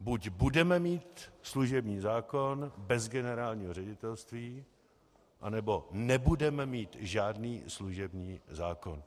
Buď budeme mít služební zákon bez generálního ředitelství, anebo nebudeme mít žádný služební zákon.